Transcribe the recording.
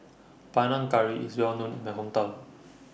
Panang Curry IS Well known in My Hometown